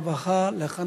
הרווחה והבריאות נתקבלה.